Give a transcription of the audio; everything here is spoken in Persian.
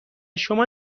شما